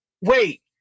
Wait